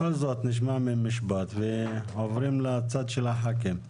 בכל זאת נשמע מהם משפט ועוברים לצד של חברי הכנסת.